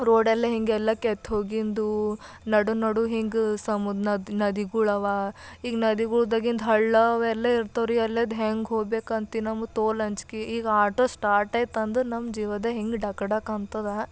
ರೋಡೆಲ್ಲ ಹೀಗೆಲ್ಲ ಕೆತ್ತಿ ಹೋಗಿದ್ದು ನಡು ನಡು ಹಿಂಗೆ ಸಮುದ್ರ ನದಿ ನದಿಗಳು ಇವೆ ಈಗ ನದಿಗಳ್ದಾಗಿಂದ ಹಳ್ಳ ಅವೆಲ್ಲ ಇರ್ತವೆ ರೀ ಅಲ್ಲಿ ಅದ್ ಹೆಂಗೆ ಹೋಗ್ಬೇಕು ಅಂತೀವಿ ನಮ್ಮ ತೋಲ ಅಂಜ್ಕೆ ಈಗ ಆಟೋ ಸ್ಟಾರ್ಟಾಯ್ತು ಅಂದರೆ ನಮ್ಮ ಜೀವದಾಗೆ ಹೆಂಗೆ ಡಗ ಡಗ ಅಂತದೆ